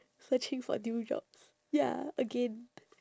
searching for new job ya again